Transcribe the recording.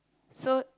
so